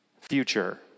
Future